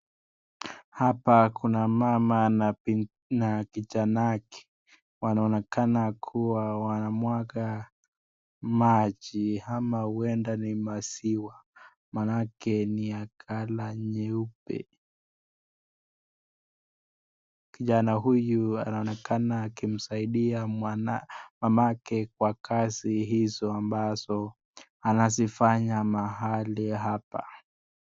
Hapa kuna mama na kijana wake. Wanaonekana kuwa wanamwaga maji ama huenda ni maziwa maanake ni ya colour nyeupe. Kijana huyu anaonekana akimsaidia mamake kwa kazi hizo ambazo anazifanya mahali hapa.